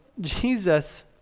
Jesus